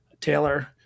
Taylor